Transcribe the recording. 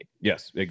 Yes